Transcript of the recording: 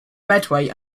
medway